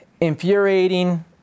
infuriating